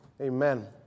Amen